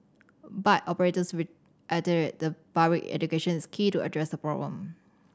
bike operators reiterated that public education is key to address the problem